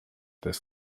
this